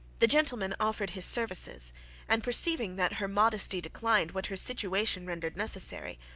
the gentleman offered his services and perceiving that her modesty declined what her situation rendered necessary,